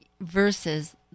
versus